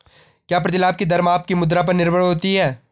क्या प्रतिलाभ की दर माप की मुद्रा पर निर्भर होती है?